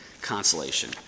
consolation